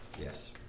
Yes